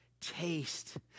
Taste